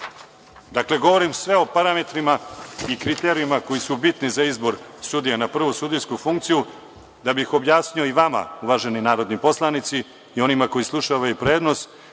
govorim sve o parametrima i kriterijumima koji su bitni za izbor sudija na prvu sudijsku funkciju, da bi ih objasnio i vama uvaženi narodni poslanici i onima koji slušaju ovaj prenos